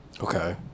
Okay